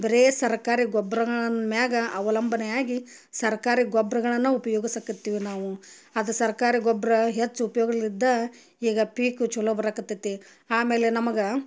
ಬರೇ ಸರಕಾರಿ ಗೊಬ್ರಗಳನ್ನು ಮ್ಯಾಗ ಅವಲಂಬನೆ ಆಗಿ ಸರ್ಕಾರಿ ಗೊಬ್ರಗಳನ್ನು ಉಪಯೋಗಿಸಕತ್ತಿವಿ ನಾವು ಅದು ಸರ್ಕಾರಿ ಗೊಬ್ಬರ ಹೆಚ್ಚು ಉಪ್ಯೋಗಲಿದ್ದ ಈಗ ಪೀಕು ಚಲೋ ಬರಕತ್ತೈತಿ ಆಮೇಲೆ ನಮಗೆ